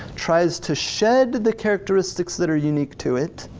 tries to shed the characteristics that are unique to it,